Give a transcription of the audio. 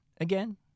again